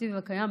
בתקציב הקיים,